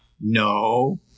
No